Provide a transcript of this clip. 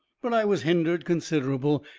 but i was hindered considerable,